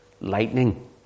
lightning